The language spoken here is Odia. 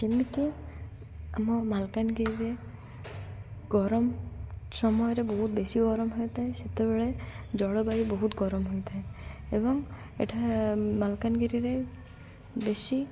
ଯେମିତି ଆମ ମାଲକାନଗିରିରେ ଗରମ ସମୟରେ ବହୁତ ବେଶୀ ଗରମ ହୋଇଥାଏ ସେତେବେଳେ ଜଳବାୟୁ ବହୁତ ଗରମ ହୋଇଥାଏ ଏବଂ ଏଠା ମାଲକାନଗିରିରେ ବେଶୀ